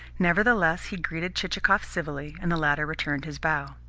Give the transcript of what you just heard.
nevertheless he greeted chichikov civilly, and the latter returned his bow.